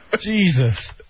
Jesus